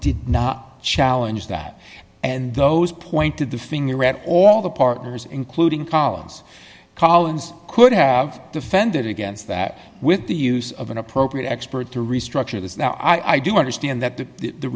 did not challenge that and those pointed the finger at all the partners including collins collins could have defended against that with the use of an appropriate expert to restructure the i do understand that the